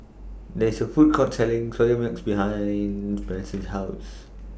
There IS A Food Court Selling Soya Milk behind Branson's House